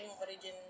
origin